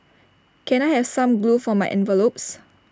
can I have some glue for my envelopes